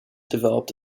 developed